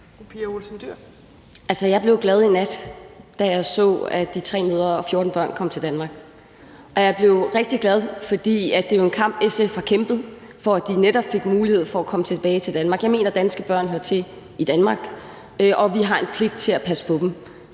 jeg blev glad i nat, da jeg så, at de 3 mødre og 14 børn kom til Danmark. Og jeg blev rigtig glad, fordi det jo er en kamp, SF har kæmpet, for, at de netop fik mulighed for at komme tilbage til Danmark. Jeg mener, at danske børn hører til i Danmark, og at vi har en pligt til at passe på dem